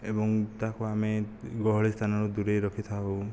ଏବଂ ତାହାକୁ ଆମେ ଗହଳି ସ୍ଥାନରୁ ଦୁରେଇ ରଖିଥାଉ